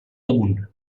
damunt